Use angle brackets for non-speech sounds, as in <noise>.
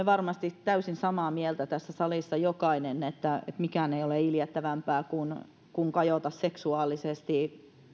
<unintelligible> varmasti täysin samaa mieltä tässä salissa jokainen että mikään ei ole iljettävämpää kuin kajota seksuaalisesti